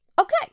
Okay